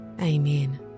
Amen